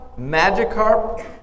Magikarp